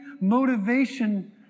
motivation